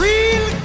Real